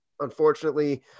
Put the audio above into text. unfortunately